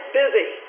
busy